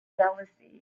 jealousy